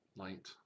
light